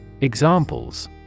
Examples